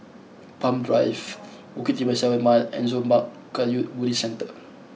Palm Drive Bukit Timah Seven Mile and Zurmang Kagyud Buddhist Centre